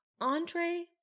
Andre